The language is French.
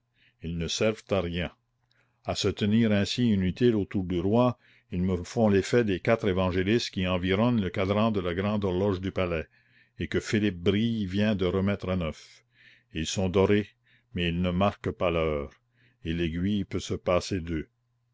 ils ne servent à rien à se tenir ainsi inutiles autour du roi ils me font l'effet des quatre évangélistes qui environnent le cadran de la grande horloge du palais et que philippe brille vient de remettre à neuf ils sont dorés mais ils ne marquent pas l'heure et l'aiguille peut se passer d'eux